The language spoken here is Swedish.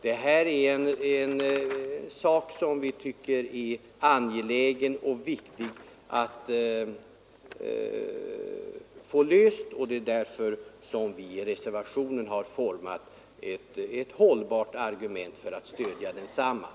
Det här är en fråga som vi tycker är angelägen och viktig att få löst, och det är därför som vi i reservationen har format ett hållbart argument för att stödja förslaget.